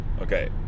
Okay